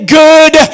good